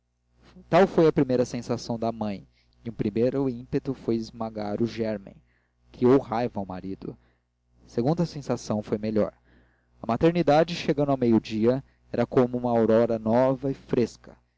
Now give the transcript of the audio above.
tal foi a primeira sensação da mãe e o primeiro ímpeto foi esmagar o gérmen criou raiva ao marido a segunda sensação foi melhor a maternidade chegando ao meio-dia era como uma aurora nova e fresca